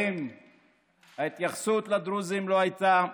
למה אתה לא מוביל יום כזה?